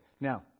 Now